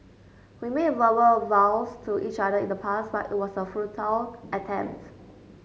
we made verbal vows to each other in the past but it was a futile attempts